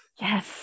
Yes